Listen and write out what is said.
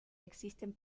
existen